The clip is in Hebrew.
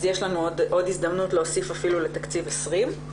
אז יש לנו עוד הזדמנות להוסיף אפילו לתקציב 2020,